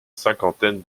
cinquantaine